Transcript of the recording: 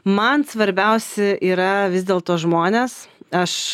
man svarbiausi yra vis dėl to žmonės aš